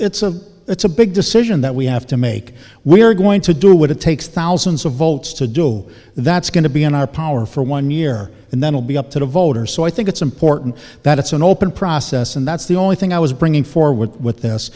it's a it's a big decision that we have to make we are going to do what it takes thousands of volts to do that's going to be in our power for one year and then we'll be up to the voters so i think it's important that it's an open process and that's the only thing i was bringing forward with this